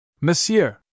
Monsieur